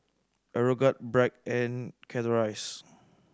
Aeroguard Bragg and Chateraise